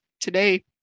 today